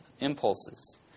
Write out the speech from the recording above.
impulses